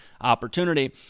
opportunity